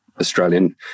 Australian